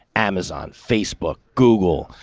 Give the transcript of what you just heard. amazon, facebook, google,